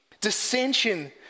dissension